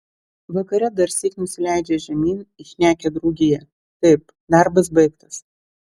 vakare darsyk nusileidžia žemyn į šnekią draugiją taip darbas baigtas